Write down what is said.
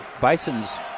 Bisons